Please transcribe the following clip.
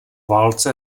válce